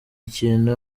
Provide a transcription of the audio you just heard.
ikintu